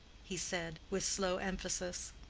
he said, with slow emphasis.